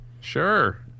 Sure